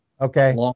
Okay